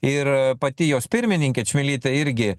ir pati jos pirmininkė čmilytė irgi